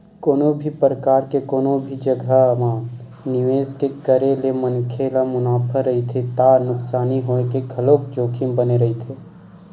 कोनो भी परकार के कोनो भी जघा म निवेस के करे ले मनखे ल मुनाफा भी रहिथे त नुकसानी होय के घलोक जोखिम बने रहिथे